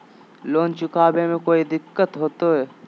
Loan चुकाने में कोई दिक्कतों होते?